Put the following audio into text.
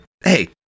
Hey